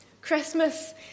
christmas